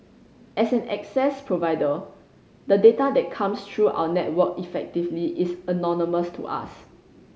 as an access provider the data that comes through our network effectively is anonymous to us